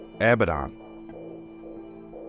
Abaddon